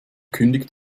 kündigt